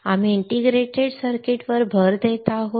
आम्ही integrated circuit वर भर देत आहोत